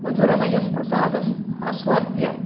मधुरमयं प्रसादम् आस्वाद्य